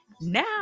now